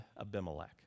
Abimelech